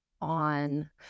on